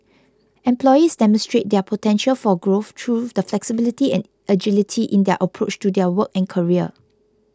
employees demonstrate their potential for growth through the flexibility and agility in their approach to their work and career